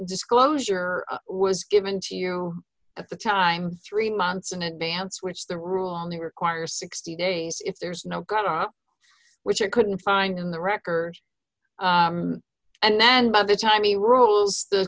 disclosure was given to you at the time three months in advance which the rule only require sixty days if there's no got up which i couldn't find in the record and then by the time he rules the